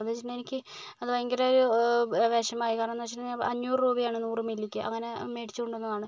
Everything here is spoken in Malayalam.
അപ്പോഴെന്ന് വെച്ചിട്ടുണ്ടെങ്കിൽ എനിക്ക് അത് ഭയങ്കര ഒരു വിഷമമായി കാരണം എന്ന് വെച്ചിട്ടുണ്ടെങ്കിൽ അഞ്ഞൂറ് രൂപയാണ് നൂറ് മില്ലിക്ക് അങ്ങനെ മേടിച്ചു കൊണ്ടുവന്നതാണ്